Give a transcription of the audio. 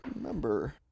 remember